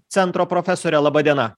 centro profesorė laba diena